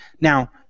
Now